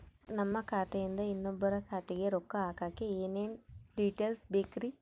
ನಮ್ಮ ಖಾತೆಯಿಂದ ಇನ್ನೊಬ್ಬರ ಖಾತೆಗೆ ರೊಕ್ಕ ಹಾಕಕ್ಕೆ ಏನೇನು ಡೇಟೇಲ್ಸ್ ಬೇಕರಿ?